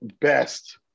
best